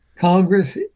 Congress